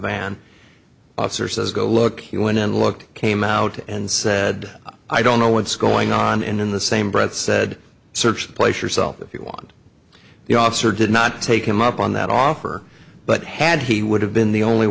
van officer says go look he went and looked came out and said i don't know what's going on and in the same breath said search the place yourself if you want the officer did not take him up on that offer but had he would have been the only